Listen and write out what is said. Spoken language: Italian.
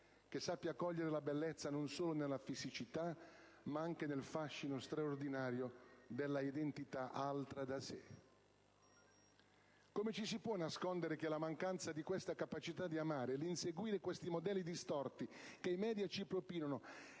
che sappia cogliere la bellezza non solo nella fisicità, ma anche nel fascino straordinario della identità altra da sé. Come ci si può nascondere che la mancanza di questa capacità di amare e l'inseguire questi modelli distorti che i *media* ci propinano